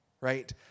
Right